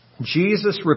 Jesus